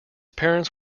parents